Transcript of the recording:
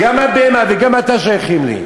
זה שישוב מאחוריך אומר לך: גם הבהמה וגם אתה שייכים לי.